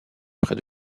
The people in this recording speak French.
près